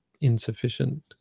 insufficient